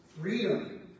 freedom